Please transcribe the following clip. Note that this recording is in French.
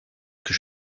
que